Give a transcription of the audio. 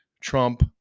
Trump